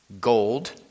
gold